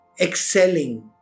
excelling